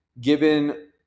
given